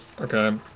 Okay